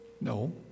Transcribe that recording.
No